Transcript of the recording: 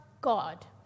God